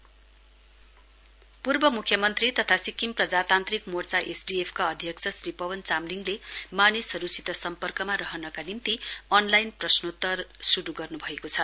SDF पूर्व मुख्यमन्त्री तथा सिक्किम प्रजातान्त्रिक मोर्चा एसडिएफका अध्यक्ष श्री पवन चामलिङले मानिसहरूसित सम्पर्कमा रहनका निम्ति अनलाइन प्रश्नोत्तर श्रू गर्न्भएको छ